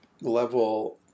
level